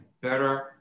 better